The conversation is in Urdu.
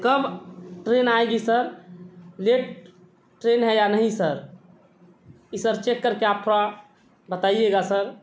کم ٹرین آئے گی سر لیٹ ٹرین ہے یا نہیں سر اس سر چیک کر کے آپ تھوڑا بتائیے گا سر